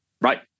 right